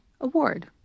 Award